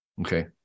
Okay